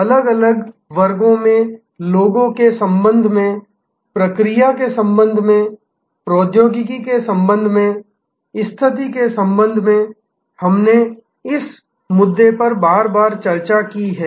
अलग अलग वर्गों में लोगों के संबंध में प्रक्रिया के संबंध में प्रौद्योगिकी के संबंध में स्थिति के संबंध में हमने इस मुद्दे पर बार बार चर्चा की है